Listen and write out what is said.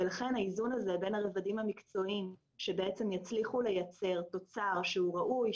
ולכן האיזון הזה בין הרבדים המקצועיים שיצליחו לייצר תוצר שהוא ראוי,